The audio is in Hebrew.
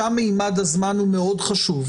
שם ממד הזמן הוא מאוד חשוב.